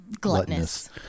gluttonous